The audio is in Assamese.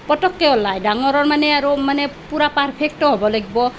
পটককৈ ওলায় ডাঙৰৰ মানে আৰু মানে পূৰা পাৰ্ফেক্টো হ'ব লাগিব